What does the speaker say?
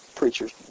Preachers